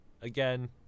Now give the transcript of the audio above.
again